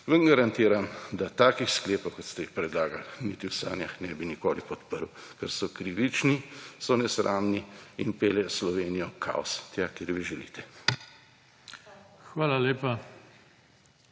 vam garantiram, da takih sklepov, kot ste jih predlagali, niti v sanjah ne bi nikoli podprl, ker so krivični, so nesramni in peljejo Slovenijo v kaos; tja, kjer vi želite.